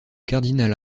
cardinal